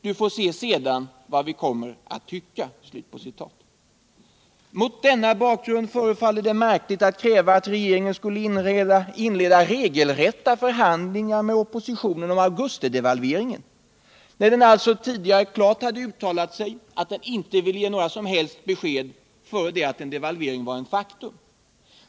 Du får se sedan vad vi kommer att tycka.” Mot denna bakgrund förefaller det märkligt att kräva att regeringen skulle inleda regelrätta förhandlingar med oppositionen om augustidevalveringen då regeringen tidigare klart hade uttalat att den icke ville ge några som helst besked förrän en devalvering var ett faktum.